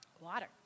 Water